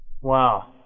Wow